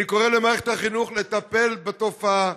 אני קורא למערכת החינוך לטפל בתופעה,